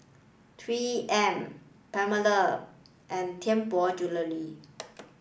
Three M Palmer and Tianpo Jewellery